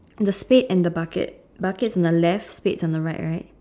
the spade and the bucket bucket's on the left spade's on the right right